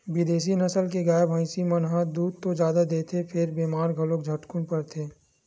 बिदेसी नसल के गाय, भइसी मन ह दूद तो जादा देथे फेर बेमार घलो झटकुन परथे